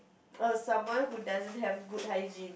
oh someone who doesn't have good hygiene